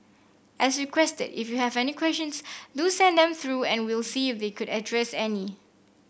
as requested if you have any questions do send them through and we'll see if they could address any